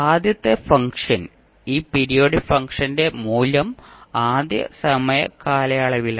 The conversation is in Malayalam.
ആദ്യത്തെ ഫംഗ്ഷൻ ഈ പീരിയോഡിക് ഫംഗ്ഷന്റെ മൂല്യം ആദ്യ സമയ കാലയളവിലാണ്